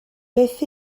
beth